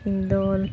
ᱤᱧᱫᱚ